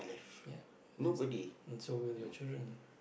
ya that's and so will your children